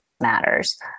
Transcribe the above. matters